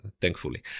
thankfully